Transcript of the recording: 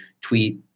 tweet